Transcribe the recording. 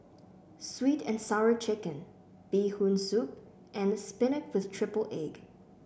sweet and Sour Chicken Bee Hoon Soup and spinach with triple egg